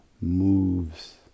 moves